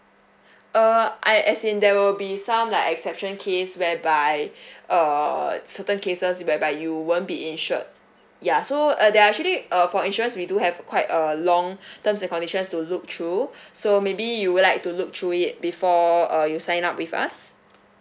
uh I as in there will be some like exception case whereby uh certain cases whereby you won't be insured ya so uh there are actually err for insurance we do have quite a long terms and conditions to look through so maybe you would like to look through it before uh you sign up with us